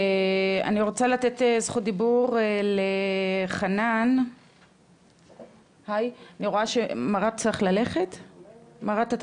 אני רוצה לתת זכות דיבור למרט, בבקשה, קצר.